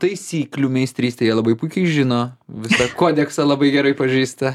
taisyklių meistrystę jie labai puikiai žino visą kodeksą labai gerai pažįsta